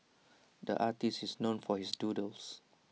the artist is known for his doodles